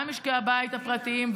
גם משקי הבית הפרטיים,